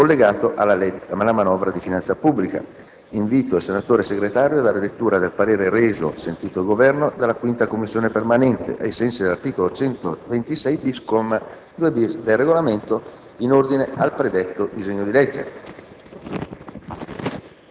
collegato alla manovra di finanza pubblica. Invito il senatore segretario a dare lettura del parere reso - sentito il Governo - dalla 5a Commissione permanente, ai sensi dell'articolo 126-*bis*, comma 2-*bis*, del Regolamento, in ordine al predetto disegno di legge.